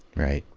right.